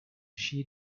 she